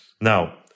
Now